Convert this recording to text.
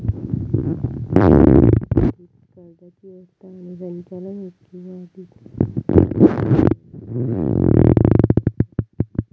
एकमेकांशी संबद्धीत कर्जाची व्यवस्था आणि संचालन एक किंवा अधिक व्यावसायिक आणि गुंतवणूक बँको मिळून करतत